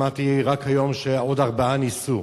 שמעתי רק היום שעוד ארבעה ניסו.